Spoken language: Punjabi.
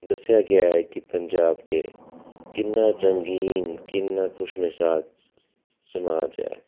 ਦੱਸਿਆ ਗਿਆ ਹੈ ਕਿ ਪੰਜਾਬ 'ਚ ਕਿੰਨਾ ਰੰਗੀਨ ਕਿੰਨਾ ਖੁਸ਼ਮਿਜ਼ਾਜ ਸ ਸਮਾਜ ਹੈ